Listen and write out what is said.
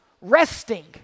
resting